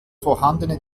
vorhandene